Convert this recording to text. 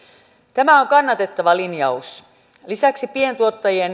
tämä on kannatettava linjaus lisäksi pientuottajien